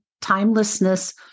timelessness